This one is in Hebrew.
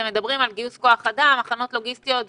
אתם מדברים על כוח אדם, הכנות לוגיסטיות וכדומה.